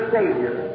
Savior